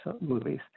movies